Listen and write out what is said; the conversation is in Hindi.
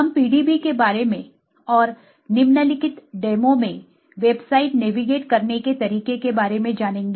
हम PDB के बारे में और निम्नलिखित डेमो में वेबसाइट नेविगेट करने के तरीके के बारे में जानेंगे